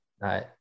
Right